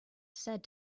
said